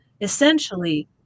essentially